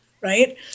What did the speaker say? right